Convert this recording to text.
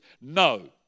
no